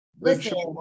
Listen